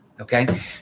Okay